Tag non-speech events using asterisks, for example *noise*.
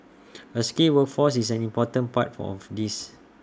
*noise* A skilled workforce is an important part for of this